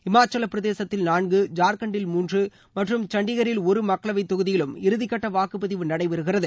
இமாச்சல பிரதேசத்தில் நான்கு ஜார்க்கண்டில் மூன்று மற்றும் சண்டிகரில் ஒரு மக்களவைத் தொகுதியிலும் இறுதிக்கட்ட வாக்குப்பதிவு நடைபெறுகிறது